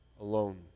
alone